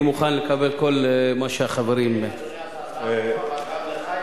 אני מוכן לקבל כל מה שהחברים --- אדוני השר,